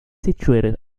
situated